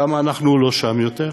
למה אנחנו לא שם יותר?